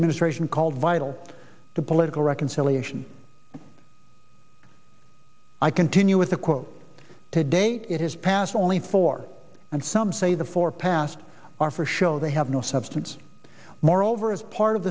administration called vital to the political reconciliation i continue with the quote today it has passed only four and some say the four past are for show they have no substance moreover as part of